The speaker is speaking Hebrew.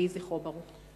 יהי זכרו ברוך.